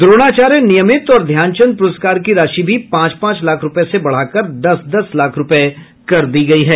द्रोणाचार्य नियमित और ध्यानचंद पुरस्कार की राशि भी पांच पांच लाख रूपये से बढ़ाकर दस दस लाख रूपये कर दी गई है